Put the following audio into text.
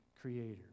Creator